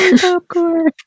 Popcorn